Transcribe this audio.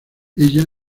ella